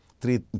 Three